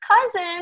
cousin